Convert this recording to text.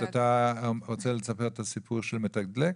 אתה רוצה לספר את הסיפור של מתדלק?